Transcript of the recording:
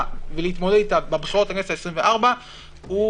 ולהתמודד אתה בבחירות לכנסת העשרים וארבע,